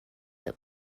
that